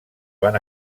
van